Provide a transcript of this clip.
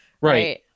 Right